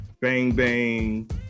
bang-bang